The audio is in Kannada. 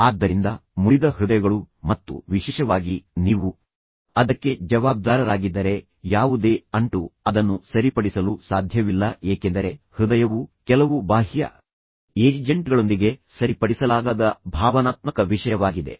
ಆದ್ದರಿಂದ ಮುರಿದ ಹೃದಯಗಳು ಮತ್ತು ವಿಶೇಷವಾಗಿ ನೀವು ಅದಕ್ಕೆ ಜವಾಬ್ದಾರರಾಗಿದ್ದರೆ ಯಾವುದೇ ಅಂಟು ಅದನ್ನು ಸರಿಪಡಿಸಲು ಸಾಧ್ಯವಿಲ್ಲ ಏಕೆಂದರೆ ಹೃದಯವು ಕೆಲವು ಬಾಹ್ಯ ಏಜೆಂಟ್ಗಳೊಂದಿಗೆ ಸರಿಪಡಿಸಲಾಗದ ಭಾವನಾತ್ಮಕ ವಿಷಯವಾಗಿದೆ